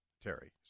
Terry